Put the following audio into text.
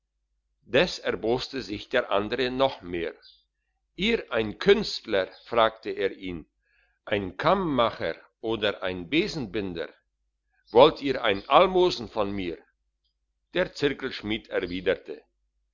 des erboste sich der andere noch mehr ihr ein künstler fragte er ihn ein kammacher oder ein besenbinder wollt ihr ein almosen von mir der zirkelschmied erwidert